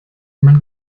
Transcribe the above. man